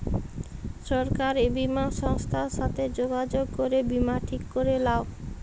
সরকারি বীমা সংস্থার সাথে যগাযগ করে বীমা ঠিক ক্যরে লাও